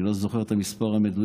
אני לא זוכר את המספר המדויק,